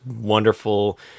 Wonderful